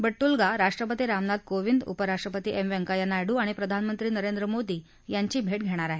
बडुल्गा राष्ट्रपती रामनाथ कोविंद उपराष्ट्रपती एम व्यंकय्या नायडू आणि प्रधानमंत्री नरेंद्र मोदी यांची भेट घेतील